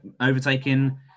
overtaking